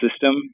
system